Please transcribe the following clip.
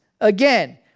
Again